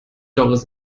doris